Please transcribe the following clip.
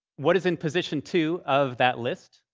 what is in position two of that list?